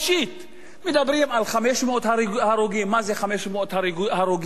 מדברים על 500 הרוגים, מה זה 500 הרוגים, זה כלום?